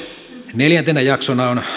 neljäntenä jaksona on